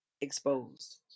exposed